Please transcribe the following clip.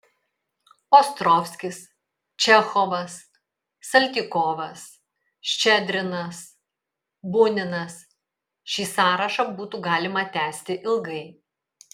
ostrovskis čechovas saltykovas ščedrinas buninas šį sąrašą būtų galima tęsti ilgai